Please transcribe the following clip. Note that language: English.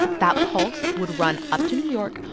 that pulse would run up to new york,